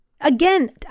again